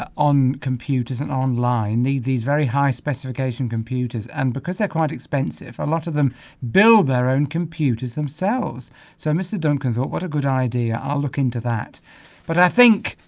ah on computers and online need these very high specification computers and because they're quite expensive a lot of them build their own computers themselves so mr. duncan thought what a good idea are looking to that but i think